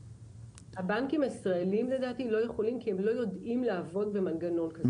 הבנקים הישראליים לא יכולים כי הם לא יודעים לעבוד במנגנון כזה,